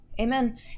Amen